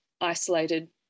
isolated